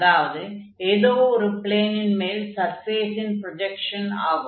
அதாவது ஏதோ ஒரு ப்ளேனின் மேல் சர்ஃபேஸின் ப்ரொஜக்ஷன் ஆகும்